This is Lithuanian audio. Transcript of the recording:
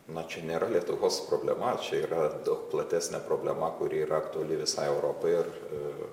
na čia nėra lietuvos problema čia yra daug platesnė problema kuri yra aktuali visai europai ir